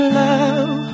love